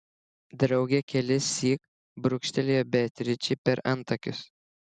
draugė kelissyk brūkštelėjo beatričei per antakius